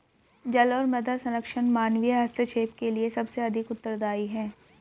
जल और मृदा संरक्षण मानवीय हस्तक्षेप के लिए सबसे अधिक उत्तरदायी हैं